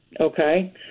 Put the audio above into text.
Okay